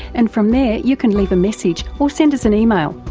and from there you can leave a message or send us an email.